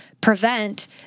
prevent